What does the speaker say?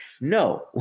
No